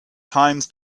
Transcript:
times